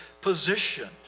position